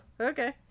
okay